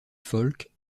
folk